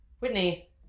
Whitney